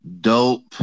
dope